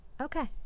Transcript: Okay